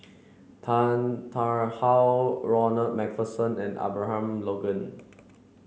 Tan Tarn How Ronald MacPherson and Abraham Logan